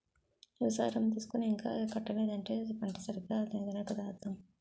వ్యవసాయ ఋణం తీసుకుని ఇంకా కట్టలేదంటే పంట సరిగా లేదనే కదా అర్థం